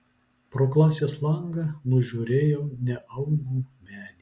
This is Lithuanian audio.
pro klasės langą nužiūrėjau neaugų medį